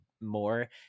more